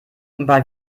bei